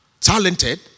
talented